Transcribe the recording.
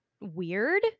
weird